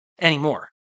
anymore